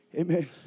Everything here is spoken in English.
amen